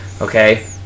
Okay